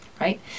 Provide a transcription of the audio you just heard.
right